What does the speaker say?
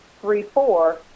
three-four